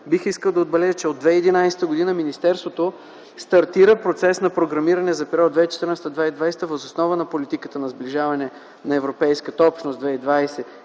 бих искал да отбележа, че от 2011 г. министерството стартира процес на програмиране за периода 2014 2020 г. въз основа на политиката на сближаване на Европейската общност, 2020